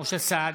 משה סעדה,